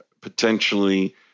potentially